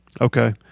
Okay